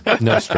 no